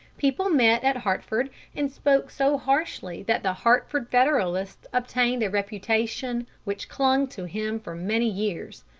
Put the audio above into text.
people met at hartford and spoke so harshly that the hartford federalist obtained a reputation which clung to him for many years.